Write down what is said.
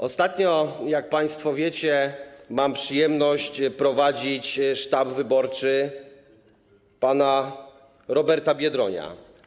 Ostatnio, jak państwo wiecie, mam przyjemność prowadzić sztab wyborczy pana Roberta Biedronia.